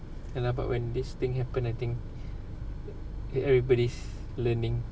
ya lah but when this thing happened I think everybody's learning